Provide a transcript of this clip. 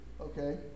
Okay